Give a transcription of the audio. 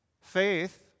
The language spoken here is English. Faith